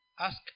ask